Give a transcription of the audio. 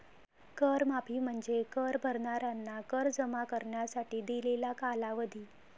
कर माफी म्हणजे कर भरणाऱ्यांना कर जमा करण्यासाठी दिलेला कालावधी